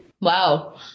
Wow